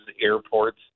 airports